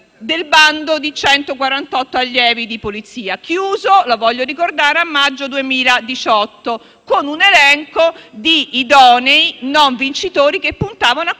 del bando di 148 allievi di Polizia, chiuso - lo voglio ribadire - a maggio 2018, con un elenco di idonei non vincitori che puntavano a